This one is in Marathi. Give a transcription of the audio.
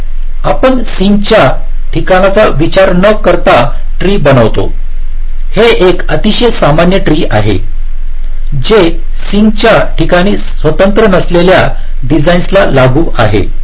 तर एकतर आपण सिंकच्या ठिकाणांचा विचार न करता ट्री बनवतो हे एक अतिशय सामान्य ट्री आहे जे सिंकच्या ठिकाणी स्वतंत्र नसलेल्या डिझाईन्सना लागू आहे